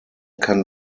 kann